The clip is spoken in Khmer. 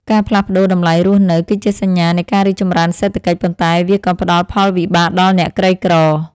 ការផ្លាស់ប្ដូរតម្លៃរស់នៅ គឺជាសញ្ញានៃការរីកចម្រើនសេដ្ឋកិច្ច ប៉ុន្តែវាក៏ផ្ដល់ផលវិបាកដល់អ្នកក្រីក្រ។